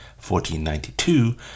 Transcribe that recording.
1492